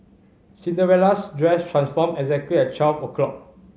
Cinderella's dress transformed exactly at twelve o'clock